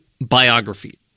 biography